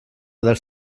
dels